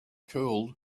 cooled